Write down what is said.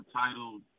titled